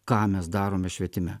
ką mes darome švietime